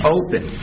open